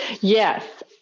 Yes